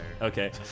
Okay